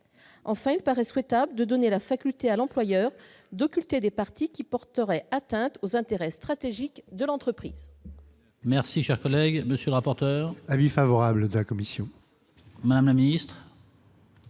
enfin il paraît souhaitable de donner la faculté à l'employeur d'occulter des partis qui porterait atteinte aux intérêts stratégiques de l'entreprise.